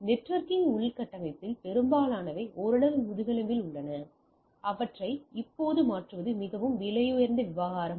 எனவே நெட்வொர்க்கிங் உள்கட்டமைப்பில் பெரும்பாலானவை ஓரளவு முதுகெலும்பில் உள்ளன அவற்றை இப்போது மாற்றுவது மிகவும் விலையுயர்ந்த விவகாரம்